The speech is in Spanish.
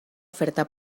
oferta